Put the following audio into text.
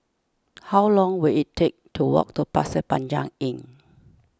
how long will it take to walk to Pasir Panjang Inn